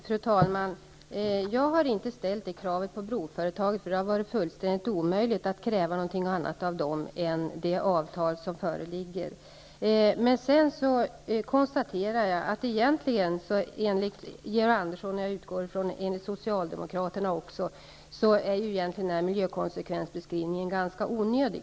Fru talman! Jag har inte ställt några krav på broföretaget, för det har varit fullständigt omöjligt att där kräva någonting annat än vad som fastställts i det avtal som föreligger. Men jag konstaterar att enligt Georg Andersson -- och jag utgår från att det gäller Socialdemokraterna över huvud taget -- är egentligen miljökonsekvensbeskrivningen ganska onödig.